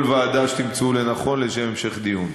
לכל ועדה שתמצאו לנכון לשם המשך דיון.